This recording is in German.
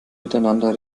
miteinander